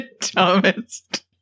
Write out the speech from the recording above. dumbest